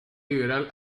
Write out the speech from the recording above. liberal